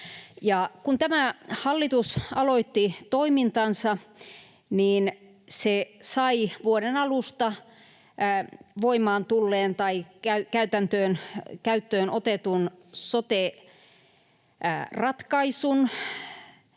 tämä hallitus aloitti toimintansa, niin se sai vuoden alusta käyttöön otetun sote-ratkaisun,